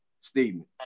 statement